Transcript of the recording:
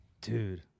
Dude